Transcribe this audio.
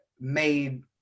made